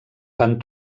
van